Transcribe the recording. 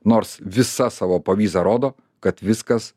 nors visa savo povyza rodo kad viskas